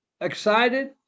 excited